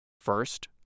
First